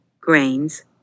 grains